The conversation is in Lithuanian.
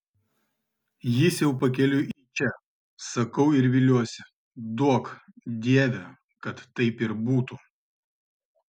jis jau pakeliui į čia sakau ir viliuosi duok dieve kad taip ir būtų